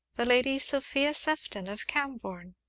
the lady sophia sefton of cambourne?